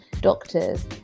doctors